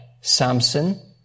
Samson